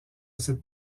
cette